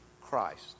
Christ